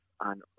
on